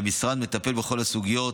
והמשרד מטפל בכל הסוגיות,